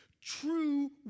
true